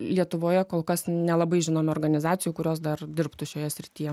lietuvoje kol kas nelabai žinomų organizacijų kurios dar dirbtų šioje srityje